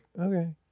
okay